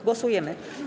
Głosujemy.